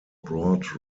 brought